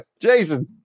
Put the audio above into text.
Jason